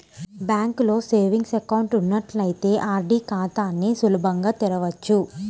బ్యాంకులో savings account ఉన్నట్లయితే RD ఖాతాని సులభంగా తెరవచ్చు